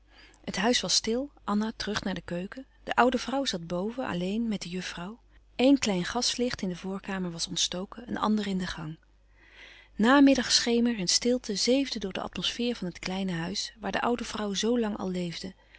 het huis was stil anna terug naar de keuken de oude vrouw zat boven alleen met de juffrouw eén klein gaslicht in de voorkamer was ontstoken een ander in de gang namiddagschemer en stilte zeefden door de atmosfeer van het kleine huis waar de oude vrouw zoo lang al leefde